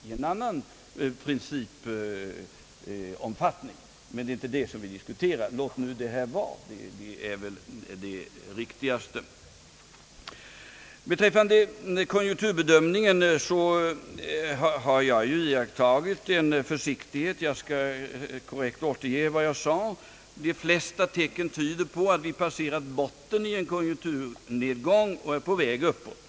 Låt nu detta vara, herr Gustafsson, ty det är inte det vi skall diskutera. Beträffande konjunkturbedömningen har jag iakttagit försiktighet. Jag skall korrekt återge vad jag tidigare sagt: De flesta tecken tyder på att vi passerat botien i en konjunkturnedgång och är på väg uppåt.